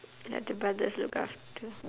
let the brothers look after